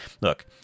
look